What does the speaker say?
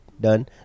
done